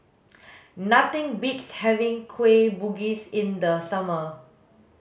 nothing beats having kueh bugis in the summer